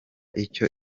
icyo